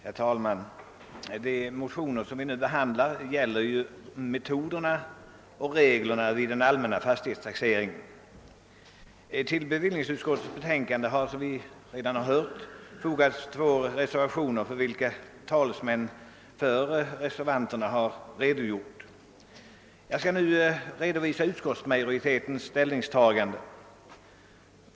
Herr talman! De motioner som vi nu behandlar gäller metoderna och reglerna vid den allmänna fastighetstaxeringen. Till bevillningsutskottets betänkande har fogats två reservationer, för vilka talesmän för reservanterna redan har redogjort. Jag skall nu redovisa utskottsmajoritetens ställningstagande.